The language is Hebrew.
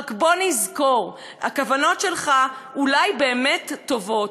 רק בוא נזכור: הכוונות שלך אולי באמת טובות,